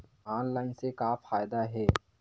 Online से का फ़ायदा हे?